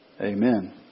Amen